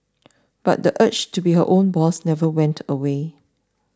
but the urge to be her own boss never went away